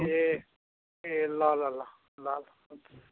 ए ए हो ल ल ल ल